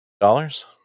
dollars